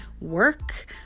work